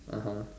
(uh huh)